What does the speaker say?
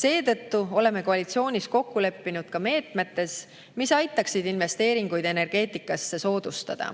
Seetõttu oleme koalitsioonis kokku leppinud ka meetmetes, mis aitaksid investeeringuid energeetikasse soodustada.